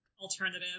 alternative